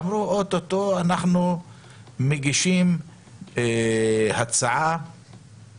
ואמרו שעוד מעט הם מגישים הצעה לפצות.